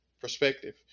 perspective